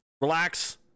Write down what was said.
relax